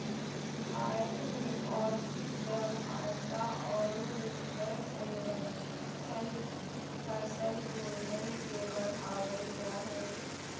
भारत में और्थिक व्यवहार्यता औरो मृदा संरक्षण फसल घूर्णन के बढ़ाबल जा हइ